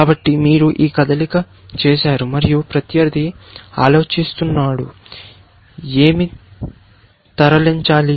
కాబట్టి మీరు ఒక కదలిక చేసారు మరియు ప్రత్యర్థి ఆలోచిస్తున్నాడు ఏమి తరలించాలి